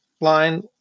line